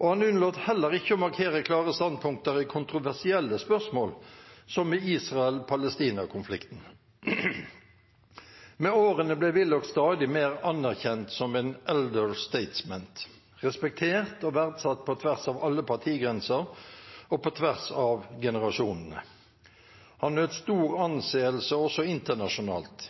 Han unnlot heller ikke å markere klare standpunkter i kontroversielle spørsmål, som i Israel–Palestina-konflikten. Med årene ble Willoch stadig mer anerkjent som en «elder statesman», respektert og verdsatt på tvers av alle partigrenser og på tvers av generasjonene. Han nøt stor anseelse også internasjonalt.